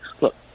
Look